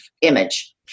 image